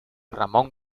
ramón